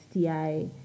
STI